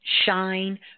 shine